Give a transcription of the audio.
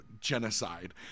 genocide